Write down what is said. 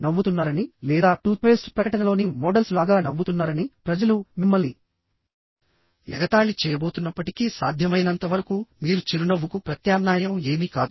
నవ్వుతున్నారని లేదా toothpaste ప్రకటనలోని models లాగా నవ్వుతున్నారని ప్రజలు మిమ్మల్ని ఎగతాళి చేయబోతున్నప్పటికీ సాధ్యమైనంతవరకు మీరు చిరునవ్వుకు ప్రత్యామ్నాయం ఏమీ కాదు